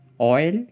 oil